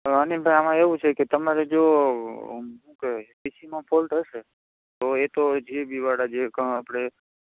અનિલભાઇ આમાં એવું છે કે તમારા જો શું કહેવાય ટી સીમાં ફૉલ્ટ હશે જી ઇ બીવાળા જે કંઇ આપણે